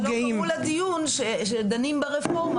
אז חבל שלא קראו לדיון כשדנים ברפורמה